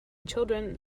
children